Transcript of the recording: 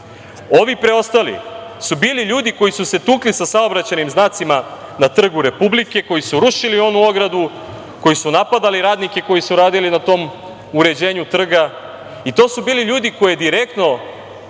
Ovi preostali su bili ljudi koji su se tukli sa saobraćajnim znacima na Trgu Republike, koji su rušili onu ogradu, koji su napadali radnike koji su radili na tom uređenju trga i to su bili ljudi koje direktno